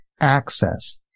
Access